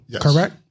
correct